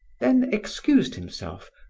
then excused himself,